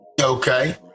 Okay